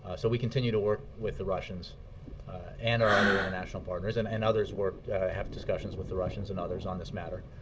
so we continue to work with the russians and our other international partners and and others have have discussions with the russians and others on this matter.